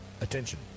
Attention